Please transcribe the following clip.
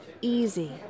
easy